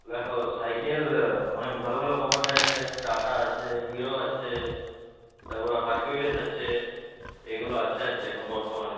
দেখো সাইকেল অনেক ভালো ভালো কোম্পানির আছে টাটা আছে হিরো আছে তারপরে হারকিউলিস আছে এগুলো আছে আর কি এখন বর্তমানে